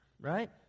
right